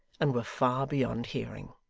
and were far beyond hearing.